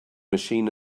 machine